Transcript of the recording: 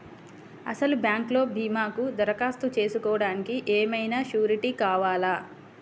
అసలు బ్యాంక్లో భీమాకు దరఖాస్తు చేసుకోవడానికి ఏమయినా సూరీటీ కావాలా?